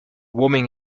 woman